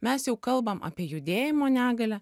mes jau kalbam apie judėjimo negalią